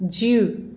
जीउ